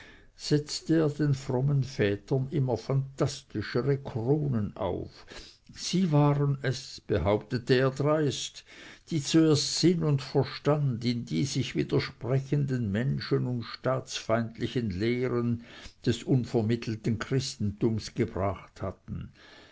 setzte er den frommen vätern immer phantastischere kronen auf sie waren es behauptete er dreist die zuerst sinn und verstand in die sich widersprechenden menschen und staatsfeindlichen lehren des unvermittelten christentums gebracht hatten